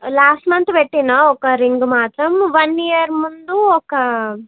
last month పెట్టాను ఒక ring మాత్రం వన్ ఇయర్ ముందు ఒక